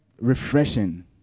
refreshing